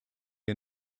are